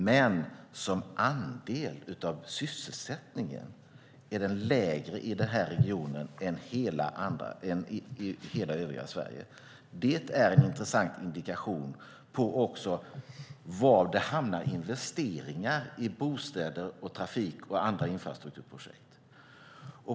Men som andel av sysselsättningen är den mindre i den här regionen än i hela övriga Sverige. Det är en intressant indikation också på var det hamnar investeringar i bostäder, trafik och andra infrastrukturprojekt.